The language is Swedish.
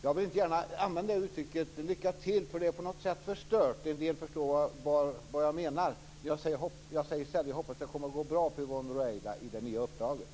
Jag vill inte gärna använda uttrycket lycka till, för på något sätt är det förstört - en del förstår vad jag menar. I stället säger jag att jag hoppas att det går bra för Yvonne Ruwaida på det nya uppdraget.